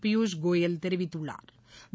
பியூஷ் கோயல் தெரிவித்துள்ளாா்